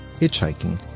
hitchhiking